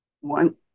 one